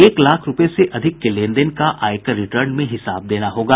एक लाख रूपये से अधिक के लेनदेन का आयकर रिटर्न में हिसाब देना होगा